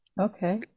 okay